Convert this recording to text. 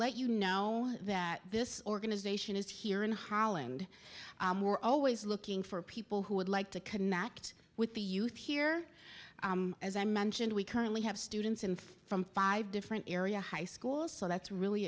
let you know that this organization is here in holland we're always looking for people who would like to connect with the youth here as i mentioned we currently have students in from five different area high schools so that's really